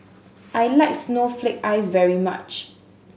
I like snowflake ice very much